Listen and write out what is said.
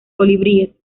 colibríes